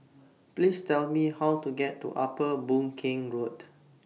Please Tell Me How to get to Upper Boon Keng Road